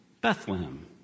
Bethlehem